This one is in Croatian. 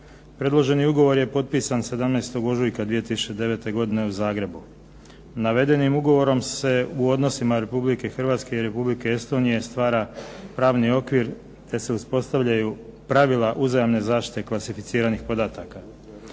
Predloženi ugovor je potpisan 17. ožujka 2009. godine u Zagrebu. Navedenim ugovorom se u odnosima Republike Hrvatske i Republike Estonije stvara pravni okvir, te se uspostavljaju pravila uzajamne zaštite klasificiranih podataka.